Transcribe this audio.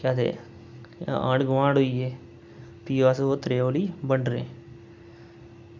केह् आखदे आंढ गोआंढ होइये जियां भी अस ओह् त्रिचौली बंडने